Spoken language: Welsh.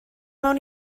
mewn